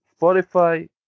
Spotify